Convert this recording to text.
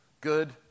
Good